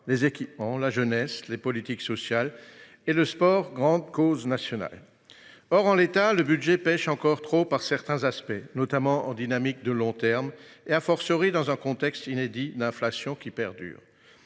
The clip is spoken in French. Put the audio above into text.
les équipements, la jeunesse, les politiques sociales, le sport grande cause nationale. Pour autant, ce budget pèche encore trop par certains aspects, notamment en dynamique de long terme, dans un contexte inédit d’inflation qui perdure.